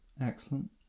Excellent